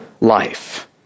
life